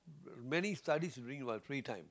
many studies during while free time